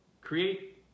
create